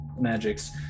magics